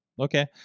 okay